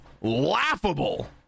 laughable